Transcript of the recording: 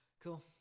cool